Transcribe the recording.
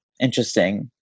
interesting